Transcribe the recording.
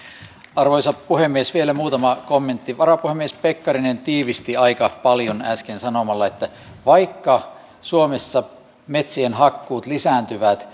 arvoisa puhemies vielä muutama kommentti varapuhemies pekkarinen tiivisti aika paljon äsken sanomalla että vaikka suomessa metsien hakkuut lisääntyvät